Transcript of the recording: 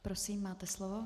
Prosím, máte slovo.